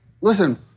Listen